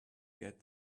get